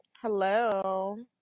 hello